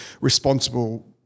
responsible